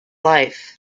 life